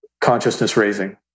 consciousness-raising